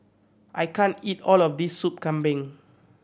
I can't eat all of this Sup Kambing